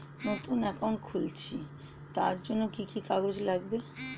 নতুন অ্যাকাউন্ট খুলছি তার জন্য কি কি কাগজ লাগবে?